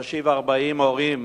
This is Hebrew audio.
בשבוע שעבר, להושיב 40 הורים,